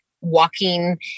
walking